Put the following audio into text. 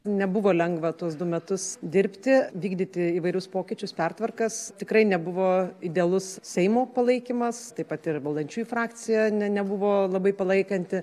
nebuvo lengva tuos du metus dirbti vykdyti įvairius pokyčius pertvarkas tikrai nebuvo idealus seimo palaikymas taip pat ir valdančiųjų frakcija ne nebuvo labai palaikanti